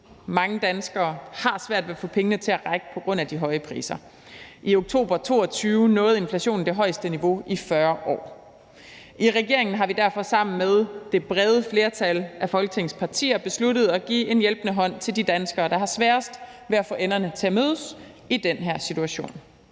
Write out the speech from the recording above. Mange danskere har svært ved at få pengene til at række på grund af de høje priser. I oktober 2022 nåede inflationen det højeste niveau i 40 år. I regeringen har vi derfor sammen med det brede flertal af Folketingets partier besluttet at give en hjælpende hånd til de danskere, der har sværest ved at få enderne til at mødes i den her situation.